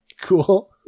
Cool